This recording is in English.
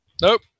Nope